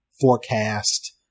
forecast